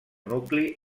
nucli